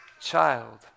child